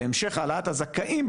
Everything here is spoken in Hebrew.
להמשך העלאת הזכאים,